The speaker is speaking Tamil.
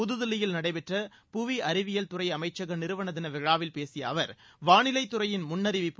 புதுதில்லியில் நடைபெற்ற புவி அறிவியல் துறை அமைச்சக நிறுவன தின விழாவில் பேசிய அவர் வானிலை துறையின் முன்னறிவிப்பு